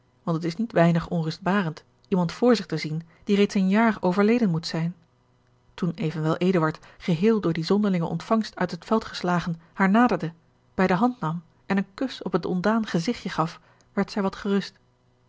want het is niet weinig onrustbarend iemand voor zich te zien die reeds een jaar overleden moet zijn toen evenwel eduard geheel door die zonderlinge ontvangst uit het veld geslagen haar naderde bij de hand nam en een kus op het ontdaan gezigtje gaf werd zij wat gerust